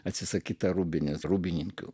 atsisakyta rūbinės rūbininkių